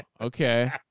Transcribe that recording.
Okay